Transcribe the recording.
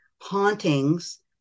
hauntings